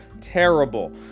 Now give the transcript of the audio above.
terrible